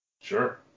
Sure